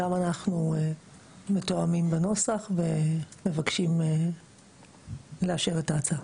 גם אנחנו מתואמים בנוסח ומבקשים לאשר את ההצעה.